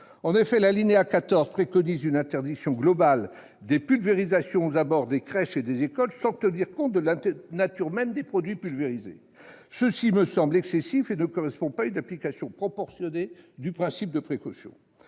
En effet, l'alinéa 14 préconise une interdiction globale des pulvérisations aux abords des crèches et des écoles, sans qu'il soit tenu compte de la nature des produits pulvérisés. Cela me semble excessif et ne correspond pas à une application proportionnée du principe de précaution.